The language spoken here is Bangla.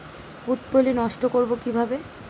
পুত্তলি নষ্ট করব কিভাবে?